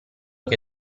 che